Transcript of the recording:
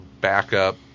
backup